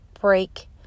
break